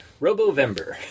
Robovember